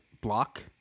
block